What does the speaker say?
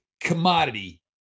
commodity